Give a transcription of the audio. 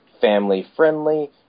family-friendly